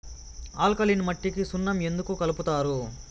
alkaline మట్టికి సున్నం ఎందుకు కలుపుతారు